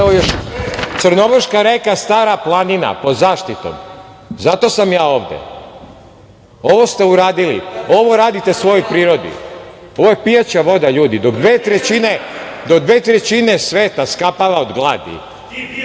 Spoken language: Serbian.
Crnovrška reka – Stara planina pod zaštitom. Zato sam ja ovde. Ovo ste uradili. Ovo radite svojoj prirodi. Ovo je pijaća voda. Dok dve trećine sveta skapava od gladi,